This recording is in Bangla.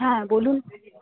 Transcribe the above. হ্যাঁ বলুন